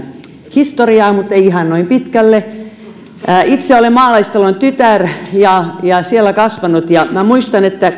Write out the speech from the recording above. historiaan mutta en ihan noin pitkälle itse olen maalaistalon tytär ja ja siellä kasvanut ja muistan että